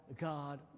god